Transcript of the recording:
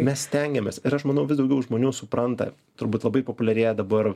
mes stengiamės ir aš manau vis daugiau žmonių supranta turbūt labai populiarėja dabar